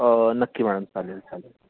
हो हो नक्की मॅडम चालेल चालेल